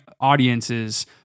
audiences